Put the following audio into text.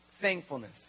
Thankfulness